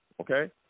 okay